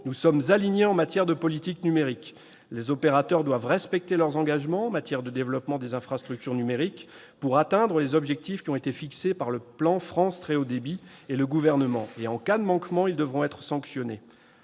Nous sommes alignés en matière de politique numérique. Les opérateurs doivent respecter leurs engagements en matière de développement des infrastructures numériques pour atteindre les objectifs fixés par le plan France très haut débit et le Gouvernement. En cas de manquement, ils devront être sanctionnés.